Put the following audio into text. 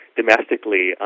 domestically